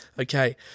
Okay